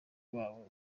wabo